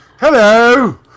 Hello